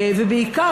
ובעיקר,